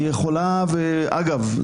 אגב,